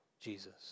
Jesus